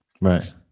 right